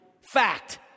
Fact